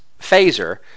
phaser